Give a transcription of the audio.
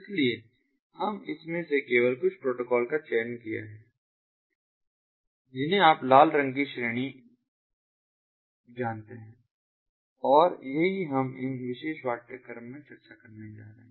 इसलिए हमने इसमें से केवल कुछ प्रोटोकॉल का चयन किया है जिन्हें आप लाल रंग की श्रेणी जानते हैं और यही हम इस विशेष पाठ्यक्रम में चर्चा करने जा रहे हैं